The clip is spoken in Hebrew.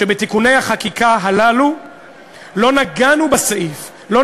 שבתיקוני החקיקה הללו לא נגענו בסעיף שמדבר על קיום,